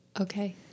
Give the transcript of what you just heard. Okay